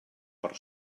per